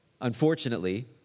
unfortunately